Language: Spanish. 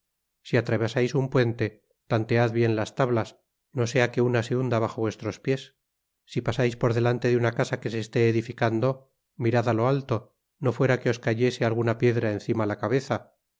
si atravesais un puente tantead bien las tablas no sea que una se unda bajo vuestros piés si pasais por delante de una casa que se esté edificando mirad á lo alto no fuera que os cayese alguna piedra encima la cabeza